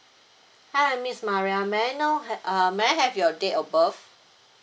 hi miss maria may I know ha~ uh may I have your date of birth